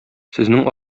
сезнең